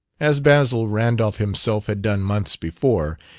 as basil randolph himself had done months before,